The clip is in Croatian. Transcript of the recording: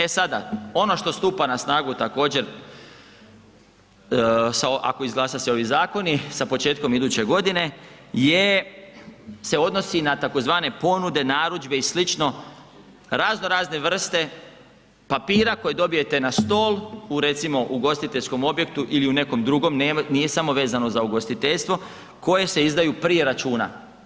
E sada, ono što stupa na snagu također sa, ako izglasa se ovi zakonu sa početkom iduće godine je se odnosi na tzv. ponude, narudžbe i sl. razno razne vrste papira koje dobijete na stol, u recimo, ugostiteljskom objektu ili u nekom drugom, nije samo vezano za ugostiteljstvo koje se izdaju prije računa.